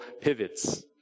pivots